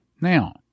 Now